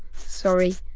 sorry!